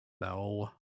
No